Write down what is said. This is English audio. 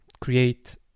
create